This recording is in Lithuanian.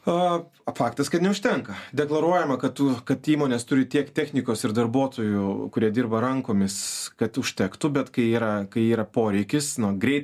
o faktas kad neužtenka deklaruojama kad tu kad įmonės turi tiek technikos ir darbuotojų kurie dirba rankomis kad užtektų bet kai yra kai yra poreikis nu greitai